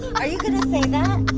are you going to say that?